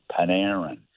Panarin